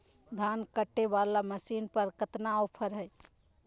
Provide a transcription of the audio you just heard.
धान कटे बाला मसीन पर कतना ऑफर हाय?